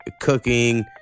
cooking